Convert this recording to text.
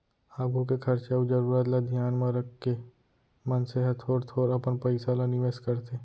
आघु के खरचा अउ जरूरत ल धियान म रखके मनसे ह थोर थोर अपन पइसा ल निवेस करथे